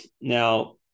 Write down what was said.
Now